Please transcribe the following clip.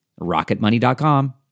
Rocketmoney.com